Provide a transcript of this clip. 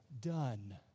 done